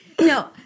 No